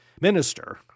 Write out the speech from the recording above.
Minister